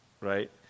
right